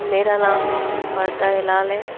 میرا نام بردہ ہلال ہے